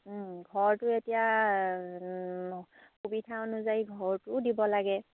ঘৰটো এতিয়া সুবিধা অনুযায়ী ঘৰটোও দিব লাগে